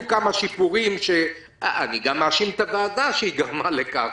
כמה שיפורים אני גם מאשים את הוועדה שהיא גרמה לכך.